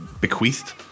bequeathed